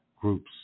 groups